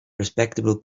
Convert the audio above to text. respectable